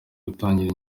gutangira